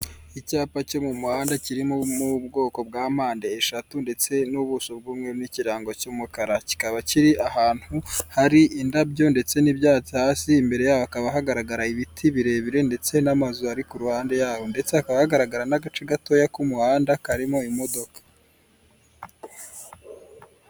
Icyapa cyo mu muhanda kirimo mu bwoko bwa mpande eshatu ndetse n'ubuso bumwe n'ikirango cy'umukara, kikaba kiri ahantu hari indabyo ndetse n'ibyatsi, hasi imbere hakaba hagaragara ibiti birebire ndetse n'amazu ari ku ruhande yaho ndetse hakaba hagaragara n'agace gatoya k'umuhanda karimo imodoka.